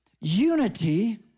unity